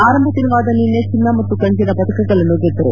ಆರಂಭ ದಿನವಾದ ನಿನ್ನೆ ಚಿನ್ನ ಮತ್ತು ಕಂಚಿನ ಪದಕಗಳನ್ನು ಗೆದ್ದಿದ್ದರು